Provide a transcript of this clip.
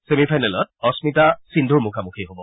semi ফাইনেলত অস্মিতা সিন্ধূৰ মুখামুখি হ'ব